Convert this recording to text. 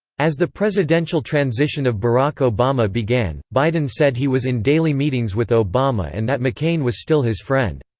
as the presidential transition of barack obama began, biden said he was in daily meetings with obama and that mccain was still his friend.